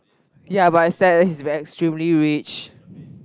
ya but is that he is very extremely rich